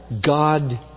God